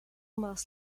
mass